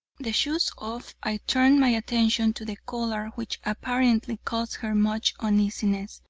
the shoes off, i turned my attention to the collar which apparently caused her much uneasiness.